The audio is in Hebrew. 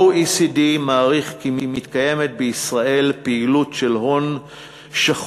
ה-OECD מעריך כי בישראל מתקיימת פעילות של הון שחור